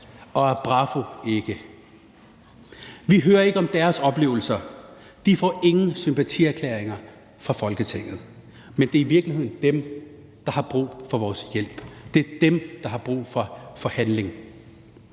og Abrafo ikke. Vi hører ikke om deres oplevelser, de får ingen sympatierklæringer fra Folketinget, men det er i virkeligheden dem, der har brug for vores hjælp, det er dem, der har brug for handling.